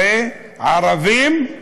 ערבים,